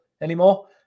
anymore